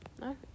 No